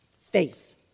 faith